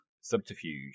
subterfuge